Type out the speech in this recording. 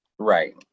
Right